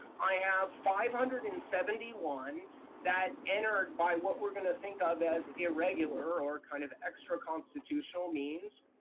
i have five hundred and seventy one that entered by what we're going to think of as irregular or kind of extra constitutional means.